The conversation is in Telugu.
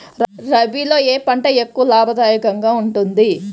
రబీలో ఏ పంట ఎక్కువ లాభదాయకంగా ఉంటుంది?